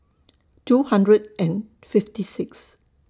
two hundred and fifty six